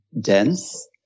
dense